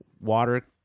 water